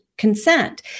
consent